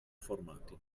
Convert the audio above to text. formati